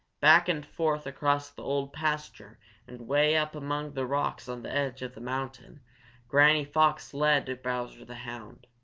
back and forth across the old pasture and way up among the rocks on the edge of the mountain granny fox led bowser the hound.